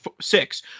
six